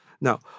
Now